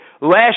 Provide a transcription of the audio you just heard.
Last